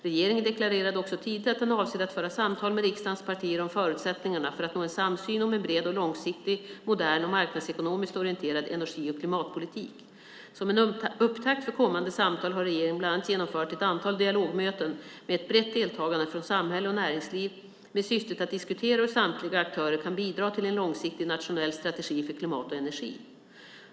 Regeringen deklarerade också tidigt att den avser att föra samtal med riksdagens partier om förutsättningarna för att nå en samsyn om en bred och långsiktigt modern och marknadsekonomiskt orienterad energi och klimatpolitik. Som en upptakt för kommande samtal har regeringen bland annat genomfört ett antal dialogmöten med ett brett deltagande från samhälle och näringsliv med syftet att diskutera hur samtliga aktörer kan bidra till en långsiktig nationell strategi för klimat och energi.